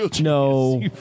No